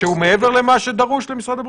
שהוא מעבר למה שדרוש למשרד הבריאות?